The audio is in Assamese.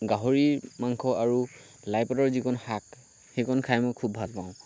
গাহৰিৰ মাংস আৰু লাইপাতৰ যিকণ শাক সেইকণ খাই মই খুব ভাল পাওঁ